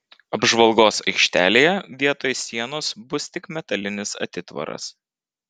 apžvalgos aikštelėje vietoj sienos bus tik metalinis atitvaras